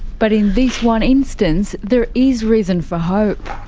but in this one instance, there is reason for hope.